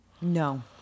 No